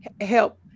help